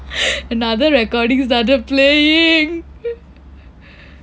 another recording started playing